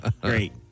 Great